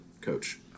coach